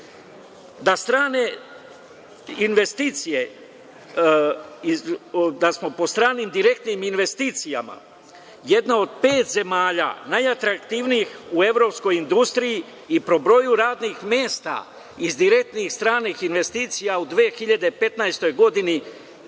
to je 277 milijardi. Da smo pod stranim direktnim investicijama jedna od pet zemalja najatraktivnijih u evropskoj industriji i po broju radnih mesta iz direktnih stranih investicija u 2015. godini